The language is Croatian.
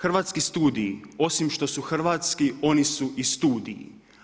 Hrvatski studiji, osim što su hrvatski, oni su i studij.